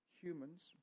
humans